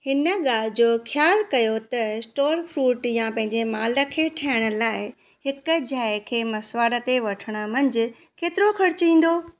हिन ॻाल्हि जो ख़्यालु कयो त स्टोरफुट या पंहिंजे माल खे ठहिण लाइ हिकु जाइ खे मसिवाड़ ते वठणु मंझि केतिरो ख़र्चु ईंदो